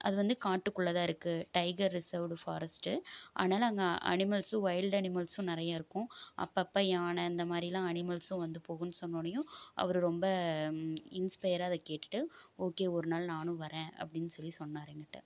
அது வந்து காட்டுக்குள்ளே தான் இருக்குது டைகர் ரிஸர்வ்டு ஃபாரஸ்ட்டு அதனாலே அங்கே அனிமல்ஸும் ஒயில்டு அனிமல்ஸும் அங்கே நிறைய இருக்கும் அப்பப்போ யானை இந்தமாதிரிலாம் அனிமல்ஸும் வந்து போகுன்னு சொன்னோன்னையும் அவர் ரொம்ப இன்ஸ்பையராக அதை கேட்டுகிட்டு ஓகே ஒரு நாள் நானும் வரேன் அப்படின்னு சொல்லி சொன்னார் என்கிட்ட